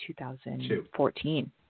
2014